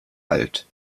alt